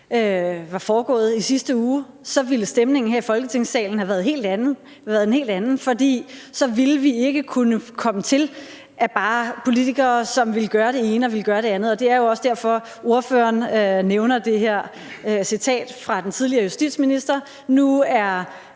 var foregået i sidste uge, så ville stemningen her i Folketingssalen have været en helt anden. Så ville vi ikke have kunnet komme til for bare politikere, som ville gøre det ene og ville gøre det andet. Det er jo også derfor, ordføreren nævner det her citat fra den tidligere justitsminister. Nu er